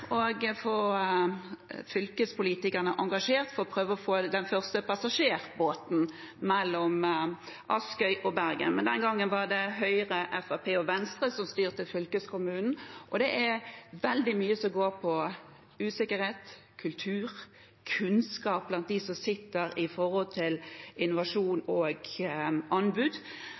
passasjerbåten mellom Askøy og Bergen, men den gang var det Høyre, Fremskrittspartiet og Venstre som styrte fylkeskommunen. Veldig mye går på usikkerhet, kultur og kunnskap blant dem som sitter og styrer, når det gjelder innovasjon og anbud.